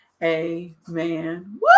Amen